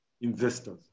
investors